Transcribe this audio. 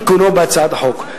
את תיקונו בהצעת החוק.